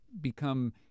become